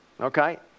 okay